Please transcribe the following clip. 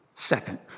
Second